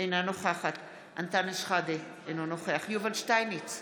אינה נוכחת אנטאנס שחאדה, אינו נוכח יובל שטייניץ,